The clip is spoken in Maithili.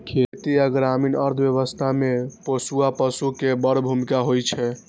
खेती आ ग्रामीण अर्थव्यवस्था मे पोसुआ पशु के बड़ भूमिका होइ छै